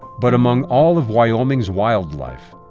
but among all of wyoming's wildlife,